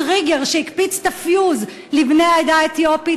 הטריגר שהקפיץ את הפיוז לבני העדה האתיופית,